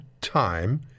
time